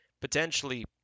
potentially